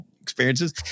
experiences